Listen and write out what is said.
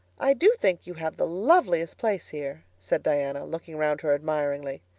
i do think you have the loveliest place here, said diana, looking round her admiringly.